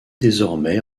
désormais